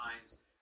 times